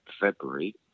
February